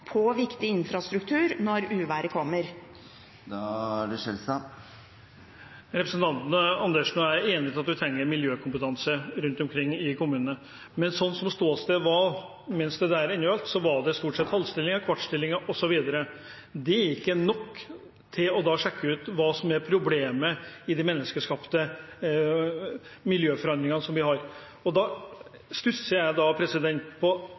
på viktig infrastruktur ikke blir så store som de blir i dag når uværet kommer. Representanten Karin Andersen og jeg er enige om at vi trenger miljøkompetanse rundt omkring i landet, men sånn som ståstedet var mens dette ennå gjaldt, så var det stort sett halvstillinger, kvartstillinger, osv. Det er ikke nok til å sjekke ut hva som er problemet i de menneskeskapte miljøforandringene som vi har. Da stusser jeg på